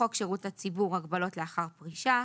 חוק שירות הציבור (הגבלות לאחר פרישה),